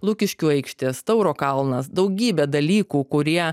lukiškių aikštės tauro kalnas daugybė dalykų kurie